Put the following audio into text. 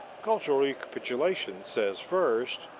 cultural recapitulation says, first,